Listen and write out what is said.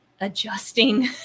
adjusting